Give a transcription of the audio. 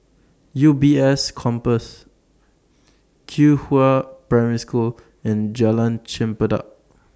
U B S Campus Qihua Primary School and Jalan Chempedak